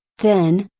then,